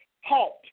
halt